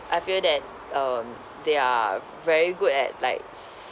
I feel that um they are very good at likes